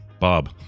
Bob